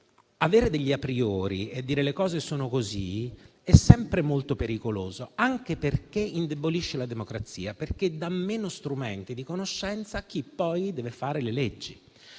quindi, affermare che "le cose sono così" è sempre molto pericoloso, anche perché indebolisce la democrazia, in quanto dà meno strumenti di conoscenza a chi poi deve fare le leggi.